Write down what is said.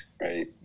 right